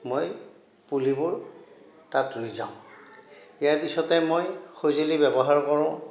মই পুলিবোৰ তাত ৰুই যাওঁ ইয়াৰ পিছতে মই সঁজুলি ব্যৱহাৰ কৰোঁ